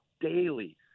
daily